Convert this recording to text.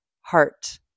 heart